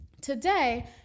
Today